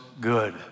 good